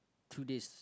two days